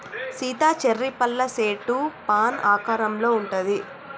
Sita cherry పళ్ళ సెట్టు fan ఆకారంలో ఉంటది